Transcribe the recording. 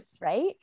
Right